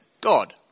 god